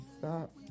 Stop